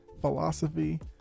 philosophy